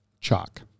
chalk